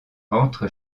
entre